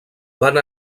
van